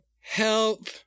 help